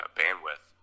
bandwidth